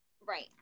right